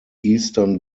eastern